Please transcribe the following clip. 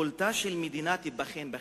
יכולתה של מדינה תיבחן בחינוך.